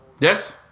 Yes